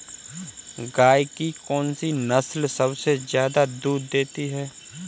गाय की कौनसी नस्ल सबसे ज्यादा दूध देती है?